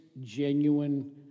genuine